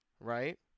right